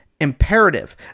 imperative